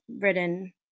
written